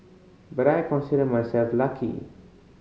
but I consider myself lucky